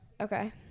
Okay